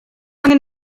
angen